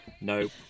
nope